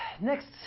next